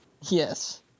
Yes